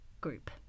group